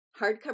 Hardcover